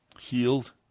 healed